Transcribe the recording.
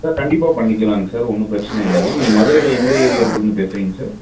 sir கண்டிப்பாக பண்ணிக்கலாங்க sir ஒன்றும் பிரச்சனை இல்லைங்க நீங்கள் மதுரையில் எந்த ஏரியாவிலருந்து பேசுகிறீங்க சார்